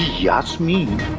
yasmine.